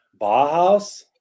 Bauhaus